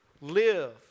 Live